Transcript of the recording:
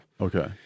Okay